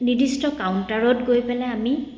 নিৰ্দিষ্ট কাউণ্টাৰত গৈ পেলাই আমি